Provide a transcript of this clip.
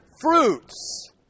fruits